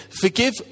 forgive